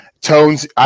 Tones